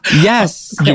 yes